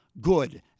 good